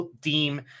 deem